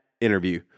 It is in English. interview